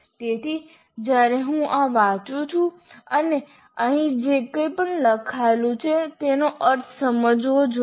તેથી જ્યારે હું આ વાંચું છું અને અહીં જે કંઈ પણ લખાયેલું છે તેનો અર્થ સમજવો જોઈએ